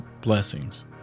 blessings